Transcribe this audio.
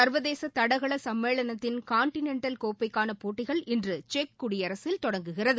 சா்வதேசதடகளசம்மேளனத்தின் continental கோப்பைக்கானபோட்டிகள் இன்றுசெக் குடியரசில் தொடங்குகிறது